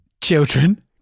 children